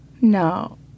No